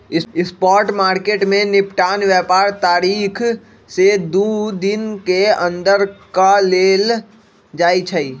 spot market में निपटान व्यापार तारीख से दू दिन के अंदर कऽ लेल जाइ छइ